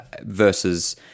versus